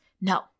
No